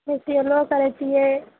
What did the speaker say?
Retailleau करय छियै